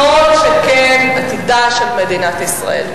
כל שכן עתידה של מדינת ישראל.